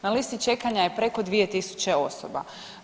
Na listi čekanja je preko 2000 osoba.